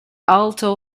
alto